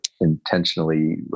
intentionally